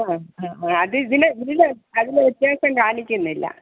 ആ ആ അത് ഇതിൽ ഇതിൽ അതിൽ വ്യത്യാസം കാണിക്കുന്നില്ല